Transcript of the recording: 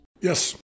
Yes